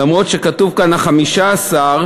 למרות שכתוב כאן ה-15,